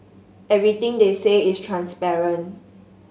everything they say is transparent